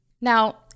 Now